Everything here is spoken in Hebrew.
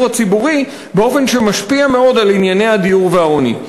הציבורי באופן שמשפיע מאוד על ענייני הדיור והעוני.